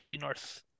North